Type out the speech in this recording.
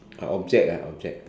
a object lah object